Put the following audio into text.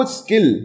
skill